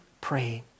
praying